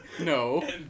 No